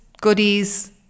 goodies